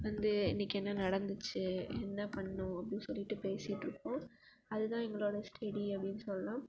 வந்து இன்றைக்கு என்ன நடந்துச்சு என்ன பண்ணோம் அப்படின்னு சொல்லிட்டு பேசிட்டுருப்போம் அதுதான் எங்களோடய ஸ்டெடி அப்படின்னு சொல்லலாம்